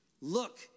Look